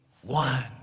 one